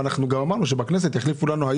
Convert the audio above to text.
אמרנו שבכנסת יחליפו לנו,